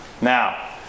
Now